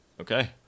Okay